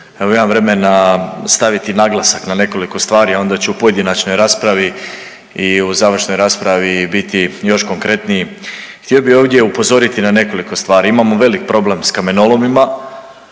Evo imam vremena staviti naglasak na nekoliko stvari, a onda ću u pojedinačnoj raspravi i u završnoj raspravi biti još konkretniji. Htio bi ovdje upozoriti na nekoliko stvari, imamo velik problem s kamenolomima,